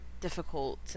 difficult